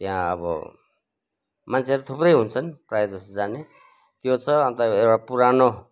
त्यहाँ अब मान्छेहरू थुप्रै हुन्छन् प्रायः जस्तो जाने त्यो छ अन्त एउटा पुरानो